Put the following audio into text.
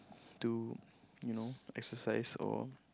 to you know exercise or